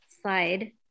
slide